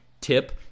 tip